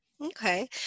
Okay